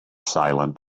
silent